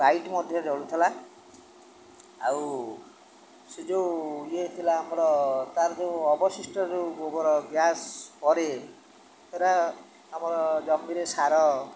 light ମଧ୍ୟ ଜଳୁଥିଲା ଆଉ ସେ ଯେଉଁ ଇଏ ହେଇଥିଲା ଆମର ତାର ଯେଉଁ ଅବଶିଷ୍ଟ ଯେଉଁ ଗୋବର ଗ୍ୟାସ୍ ପରେ ସେଇଟା ଆମର ଜମିରେ ସାର